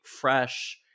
fresh